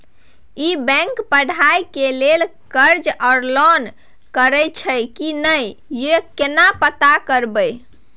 ई bank पढ़ाई के लेल कर्ज आ लोन करैछई की नय, यो केना पता करबै?